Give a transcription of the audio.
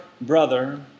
brother